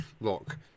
look